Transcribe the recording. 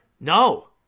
No